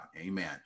amen